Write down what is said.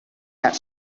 that